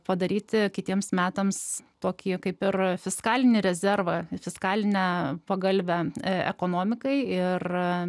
padaryti kitiems metams tokie kaip ir fiskalinį rezervą fiskalinę pagalvę ekonomikai ir